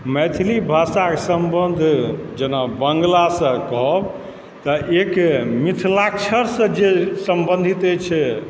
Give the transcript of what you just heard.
मैथिली भाषाक सम्बन्ध जेना बङ्गलासँ कहब तऽ एक मिथिलाक्षरसँ जे सम्बन्धित अछि